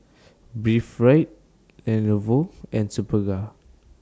Breathe Right Lenovo and Superga